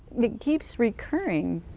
it keeps recurring.